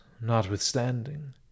notwithstanding